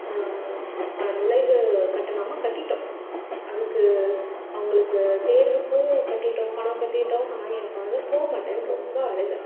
நுழைவு கட்டணமாக கட்டிவிட்டோம் அதுக்கு அவங்களுக்கு தேர்வுக்கும் கட்டிவிட்டோம் பணம் கட்டிவிட்டோம் ஆனால் என் கொழந்தை போகமாட்டேன்னு ரொம்ப அழுகை